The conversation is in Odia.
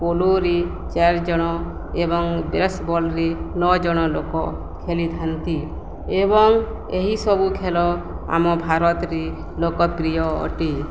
ପୋଲୋରେ ଚାରିଜଣ ଏବଂ ବେସବଲ୍ରେ ନଅଜଣ ଲୋକ ଖେଳିଥାନ୍ତି ଏବଂ ଏହିସବୁ ଖେଳ ଆମ ଭାରତରେ ଲୋକପ୍ରିୟ ଅଟେ